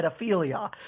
pedophilia